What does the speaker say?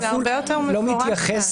זה הרבה יותר מפורט כאן.